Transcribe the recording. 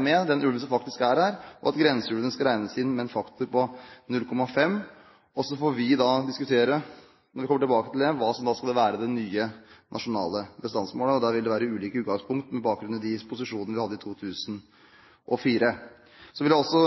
med den ulven som faktisk er der, og at grenseulven skal regnes inn med en faktor på 0,5. Så får vi diskutere når vi kommer tilbake til det hva som skal være det nye nasjonale bestandsmålet. Der vil det være ulike utgangspunkt med bakgrunn i de posisjonene vi hadde i 2004. Jeg vil også